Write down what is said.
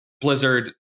Blizzard